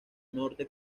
norte